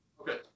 Okay